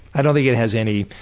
i don't think it has any.